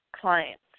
clients